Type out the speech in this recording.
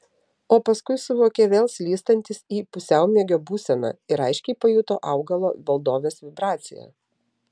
o paskui suvokė vėl slystantis į pusiaumiegio būseną ir aiškiai pajuto augalo valdovės vibraciją